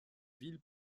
ville